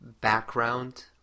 background